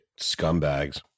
scumbags